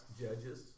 judges